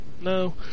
no